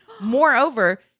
Moreover